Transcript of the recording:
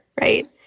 right